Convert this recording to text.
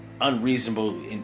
unreasonable